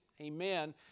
Amen